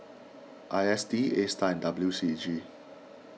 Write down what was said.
I S D Astar and W C A G